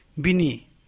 Bini